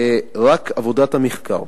רק עבודת המחקר.